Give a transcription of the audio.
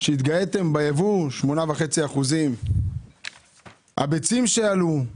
התגאיתם ביבוא 8.5%; מחירי הביצים עלו.